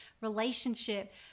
relationship